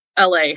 la